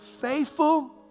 faithful